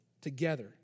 together